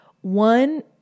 One